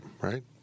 right